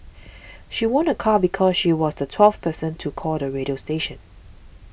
she won a car because she was the twelfth person to call the radio station